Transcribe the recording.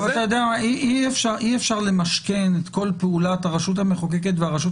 אי אפשר למשכן את כל פעולת הרשות המחוקקת והרשות